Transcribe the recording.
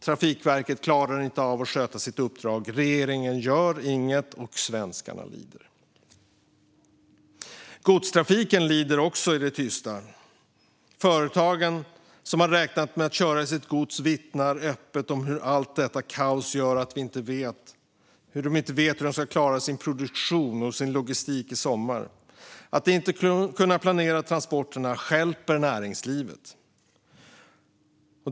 Trafikverket klarar inte av att sköta sitt uppdrag. Regeringen gör inget, och svenskarna lider. Godstrafiken lider också i det tysta. Företagen, som hade räknat med att köra sitt gods, vittnar öppet om hur allt detta kaos gör att de inte vet hur de ska klara sin produktion och sin logistik i sommar. Att inte kunna planera transporterna stjälper näringslivet.